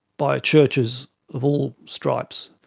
by churches of all stripes,